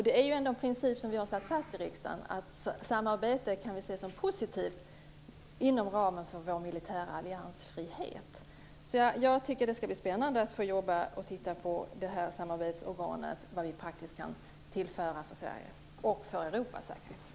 Det är ändå en princip som vi har slagit fast i riksdagen, att vi kan se samarbete inom ramen för vår militära alliansfrihet som något positivt. Jag tycker alltså att det skall bli spännande att få jobba med detta, och titta på vad det här samarbetsorganet praktiskt kan tillföra Sveriges och Europas säkerhet.